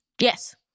Yes